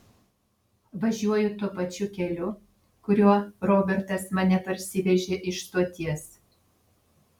važiuoju tuo pačiu keliu kuriuo robertas mane parsivežė iš stoties